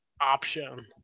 option